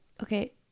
Okay